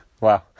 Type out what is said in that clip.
Wow